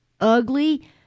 Ugly